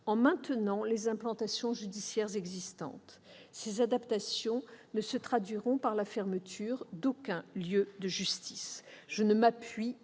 en maintenant les implantations judiciaires existantes. Les adaptations ne se traduiront par la fermeture d'aucun lieu de justice. Très bien